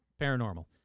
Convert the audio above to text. Paranormal